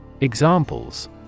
Examples